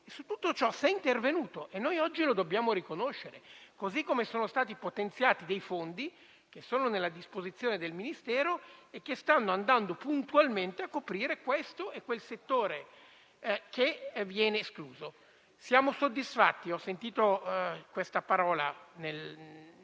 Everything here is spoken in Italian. Su tutto ciò si è intervenuto e noi oggi lo dobbiamo riconoscere, così come sono stati potenziati dei fondi che sono nella disposizione del Ministero e che stanno andando puntualmente a coprire questo e quel settore che veniva escluso. Siamo soddisfatti? Ho sentito esattamente